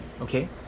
Okay